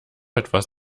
etwas